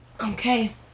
okay